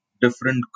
different